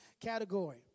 category